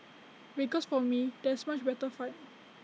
because for me this is A much better fight